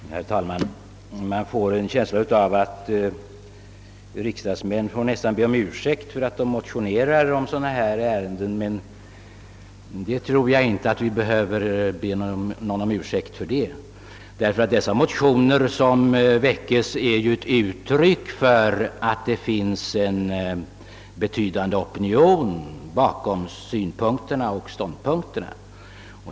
Herr talman! Man får nästan en känsla av att riksdagsmän bör be om ursäkt för att de motionerar i ett sådant här ärende, men det tror jag inte att vi behöver be någon om ursäkt för. De mo tioner som väckts är ju ett uttryck för att det finns en betydande opinion bakom synpunkten och ståndpunkterna.